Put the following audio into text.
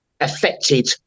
affected